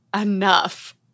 enough